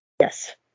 Yes